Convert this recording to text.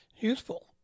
useful